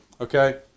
okay